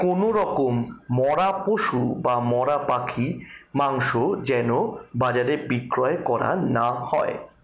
কোনো রকম মরা পশু বা মরা পাখির মাংস যেন বাজারে বিক্রয় করা না হয়